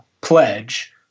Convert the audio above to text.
pledge